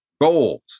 Goals